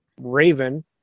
Raven